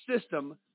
system